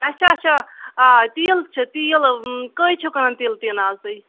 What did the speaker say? اچھا اچھا آ تیٖل چھُ تیٖل کٔہۍ چھُ کٕنان تیٖل ٹیٖن آز تُہۍ